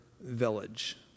village